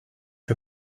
her